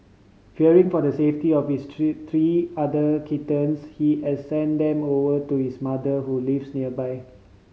fearing for the safety of his three three other kittens he has sent them over to his mother who lives nearby